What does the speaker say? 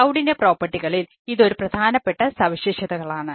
ക്ലൌഡിൻറെ ഇതൊരു പ്രധാനപ്പെട്ട സവിശേഷതകളാണ്